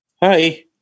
Hi